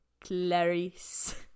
Clarice